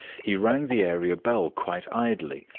he rang the area bell quite idly,